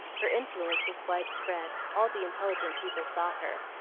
her influence was wide-spread all the intelligent people sought her,